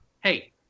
hey